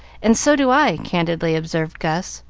and so do i, candidly observed gus,